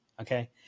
Okay